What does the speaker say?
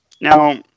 Now